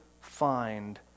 find